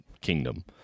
kingdom